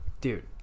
Dude